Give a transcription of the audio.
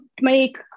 make